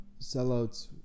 sellouts